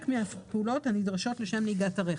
אחר מנוסעי הרכב.